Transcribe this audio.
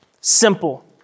Simple